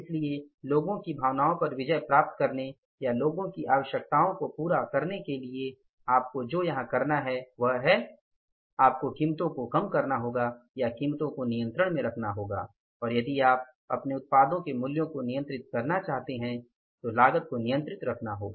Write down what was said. इसलिए लोगों की भावनाओं पर विजय प्राप्त करने या लोगों की आवश्यकताओं को पूरा करने के लिए आपको जो यहां करना है वह है आपको कीमतों को कम करना होगा या कीमतों को नियंत्रण में रखना होगा और यदि आप अपने उत्पादों के मूल्यों को नियंत्रित करना चाहते हैं तो लागत को नियंत्रित रखना होगा